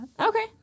Okay